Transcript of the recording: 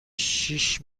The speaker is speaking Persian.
شیش